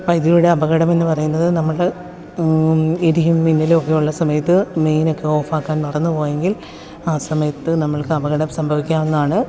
വൈദ്യതിയുടെ അപകടമെന്ന് പറയുന്നത് നമ്മൾ ഇടിയും മിന്നലൊക്കെയുള്ള സമയത്ത് മെയിനൊക്കെ ഓഫാക്കാൻ മറന്നു പോയെങ്കിൽ ആ സമയത്ത് നമ്മൾക്ക് അപകടം സംഭവിക്കാവുന്നാണ്